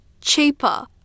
cheaper